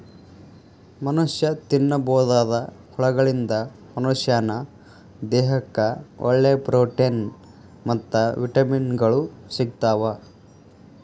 ಮನಷ್ಯಾ ತಿನ್ನಬೋದಾದ ಹುಳಗಳಿಂದ ಮನಶ್ಯಾನ ದೇಹಕ್ಕ ಒಳ್ಳೆ ಪ್ರೊಟೇನ್ ಮತ್ತ್ ವಿಟಮಿನ್ ಗಳು ಸಿಗ್ತಾವ